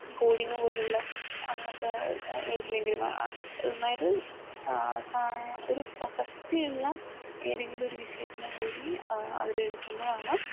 coding പോലുള്ള അങ്ങനത്തെ ഏതിലെങ്കിലും നന്നായിട്ട് ഒരു പ്രസക്തിയുള്ള ഏതെങ്കിലും ഒരു വിഷയത്തിലും കൂടി ആ അവർ എടുക്കുമ്പോഴാണ്